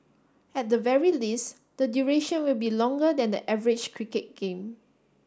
at the very least the duration will be longer than the average cricket game